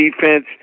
defense